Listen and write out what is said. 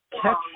catch